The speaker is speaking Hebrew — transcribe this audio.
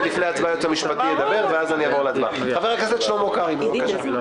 חבר הכנסת שלמה קרעי בבקשה.